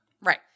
Right